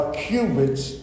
cubits